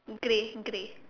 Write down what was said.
grey grey